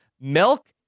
milk